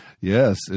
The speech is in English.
Yes